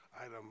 item